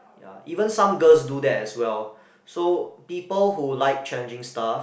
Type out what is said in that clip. ya even some girls do that as well so people who like challenging stuff